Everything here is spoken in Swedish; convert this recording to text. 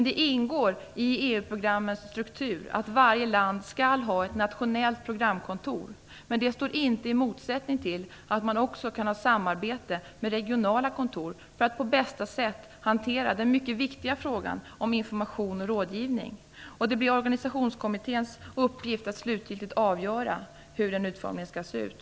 Det ingår i EU-programmets struktur att varje land skall ha ett nationellt programkontor, men detta står inte i motsättning till att man också kan ha ett samarbete med regionala kontor för att på bästa sätt kunna hantera den mycket viktiga frågan om information och rådgivning. Det blir organisationskommitténs uppgift att slutgiltigt avgöra hur utformningen skall se ut.